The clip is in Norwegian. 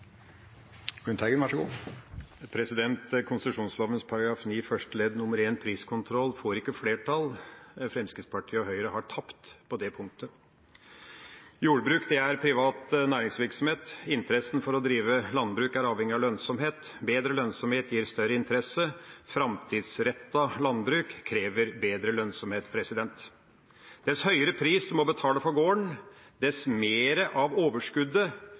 første ledd nr.1, priskontroll, får ikke flertall. Fremskrittspartiet og Høyre har tapt på det punktet. Jordbruk er privat næringsvirksomhet, interessen for å drive landbruk er avhengig av lønnsomhet, bedre lønnsomhet gir større interesse, framtidsrettet landbruk krever bedre lønnsomhet. Dess høyere pris en må betale for gården, dess mer av overskuddet må brukes til å betjene kapitalen. Dess mer en betaler for en gård, dess mer av overskuddet